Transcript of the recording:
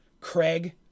Craig